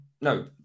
no